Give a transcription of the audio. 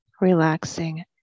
relaxing